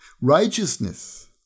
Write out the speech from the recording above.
righteousness